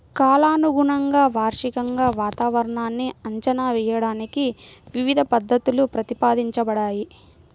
కాలానుగుణంగా, వార్షికంగా వాతావరణాన్ని అంచనా వేయడానికి వివిధ పద్ధతులు ప్రతిపాదించబడ్డాయి